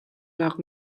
nak